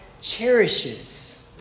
cherishes